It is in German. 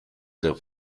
der